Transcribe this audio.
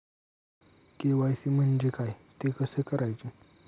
KYC म्हणजे काय? ते कसे करायचे?